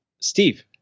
Steve